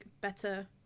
better